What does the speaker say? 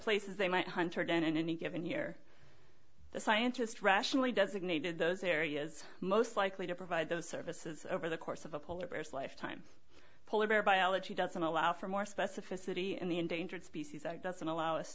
places they might hunterdon in any given year the scientist rationally designated those areas most likely to provide those services over the course of a polar bears lifetime polar bear biology doesn't allow for more specificity in the endangered species that doesn't allow us